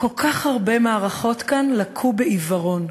שכל כך הרבה מערכות כאן לקו בעיוורון,